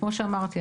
כמו שאמרתי,